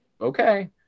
okay